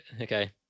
okay